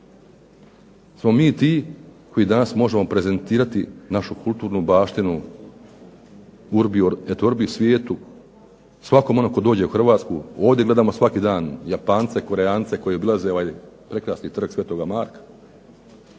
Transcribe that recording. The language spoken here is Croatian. smo mi ti koji danas možemo prezentirati našu kulturnu baštinu, urbi et orbi svijetu, svakom onom tko dođe u Hrvatsku, ovdje gledamo svaki dan Japance, Koreance koji obilaze ovaj prekrasni trg sv. Marka